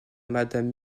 madame